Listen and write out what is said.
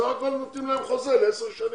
סך הכול נותנים להם חוזה לעשר שנים.